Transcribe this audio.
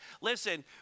listen